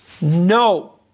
No